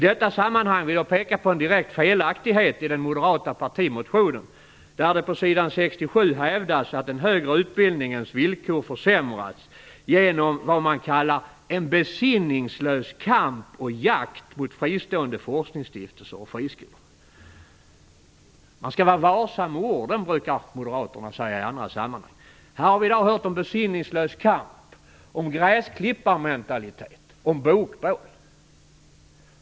I detta sammanhang vill jag peka på en direkt felaktighet i den moderata partimotionen, där det på s. 67 hävdas att den högre utbildningens villkor försämrats genom vad man kallar en besinningslös kamp och jakt mot fristående forskningsstiftelser och friskolor. Man skall vara varsam med orden, brukar moderaterna säga i andra sammanhang. Här har vi i dag hört om besinningslös kamp, om gräsklipparmentalitet och om bokbål.